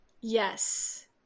Yes